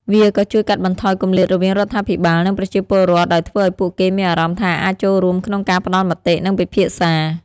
វាក៏ជួយកាត់បន្ថយគម្លាតរវាងរដ្ឋាភិបាល និងប្រជាពលរដ្ឋ ដោយធ្វើឱ្យពួកគេមានអារម្មណ៍ថាអាចចូលរួមក្នុងការផ្តល់មតិ និងពិភាក្សា។